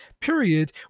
period